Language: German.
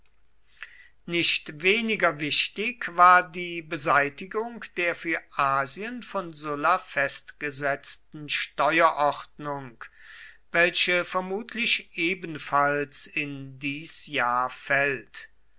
nicht weniger wichtig war die beseitigung der für asien von sulla festgesetzten steuerordnung welche vermutlich ebenfalls in dies jahr fällt